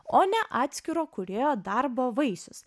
o ne atskiro kūrėjo darbo vaisius